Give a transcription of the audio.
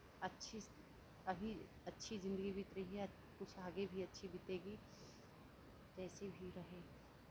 अच्छी अभी अच्छी ज़िन्दगी बीत रही है कुछ आगे भी अच्छी बीतेगी जैसी भी रहे